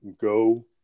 go